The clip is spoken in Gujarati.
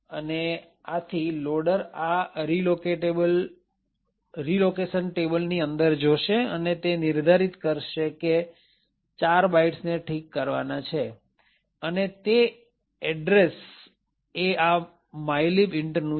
અને આથી લોડર આ રીલોકેશન ટેબલ ની અંદર જોશે અને તે નિર્ધારિત કરશે કે 4 બાઇટ્સ ને ઠીક કરવાના છે અને તે એડ્રેસ એ mylib intનું છે